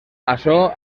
açò